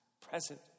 present